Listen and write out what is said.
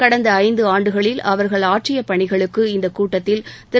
கடந்த ஐந்து ஆண்டுகளில் அவர்கள் ஆற்றிய பணிகளுக்கு இந்தக் கூட்டத்தில் திரு